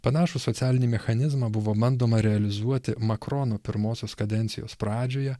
panašų socialinį mechanizmą buvo bandoma realizuoti makrono pirmosios kadencijos pradžioje